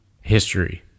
history